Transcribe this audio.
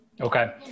Okay